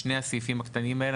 שני הסעיפים הקטנים האלו,